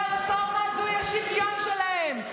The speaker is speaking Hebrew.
והרפורמה הזאת היא השוויון שלהם.